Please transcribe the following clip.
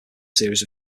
series